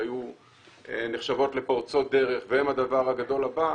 שהיו נחשבות לפורצות דרך והן הדבר הגדול הבא,